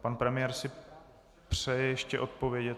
Pan premiér si přeje ještě odpovědět.